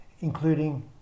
including